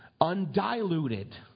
undiluted